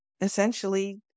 essentially